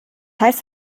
heißt